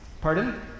Pardon